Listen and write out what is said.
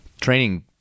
training